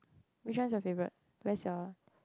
which one is your favorite where's your